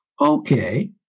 Okay